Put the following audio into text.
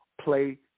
play